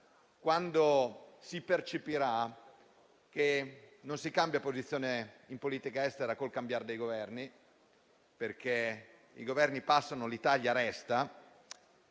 quando si percepirà che non si cambia posizione in politica estera con il cambiare dei Governi, perché i Governi passano ma l'Italia resta,